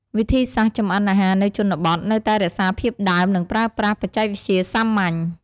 វិធីសាស្ត្រចម្អិនអាហារនៅជនបទនៅតែរក្សាភាពដើម និងប្រើប្រាស់បច្ចេកវិទ្យាសាមញ្ញ។